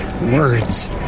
words